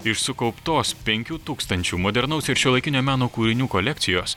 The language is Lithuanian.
iš sukauptos penkių tūkstančių modernaus ir šiuolaikinio meno kūrinių kolekcijos